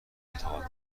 انتقال